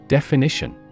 Definition